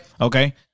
Okay